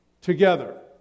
together